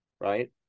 right